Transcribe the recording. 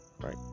Right